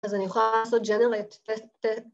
‫אז אני יכולה לעשות generate